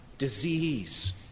Disease